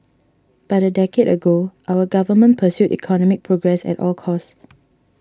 but a decade ago our Government pursued economic progress at all costs